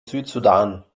südsudan